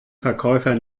verkäufer